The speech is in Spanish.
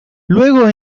luego